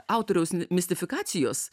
autoriaus mistifikacijos